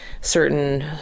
certain